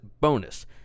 bonus